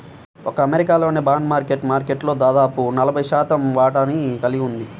ఒక్క అమెరికానే bond market మార్కెట్లో దాదాపు నలభై శాతం వాటాని కలిగి ఉంది